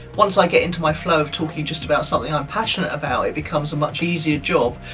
once i get into my flow talking just about something i'm passionate about, it becomes a much easier job.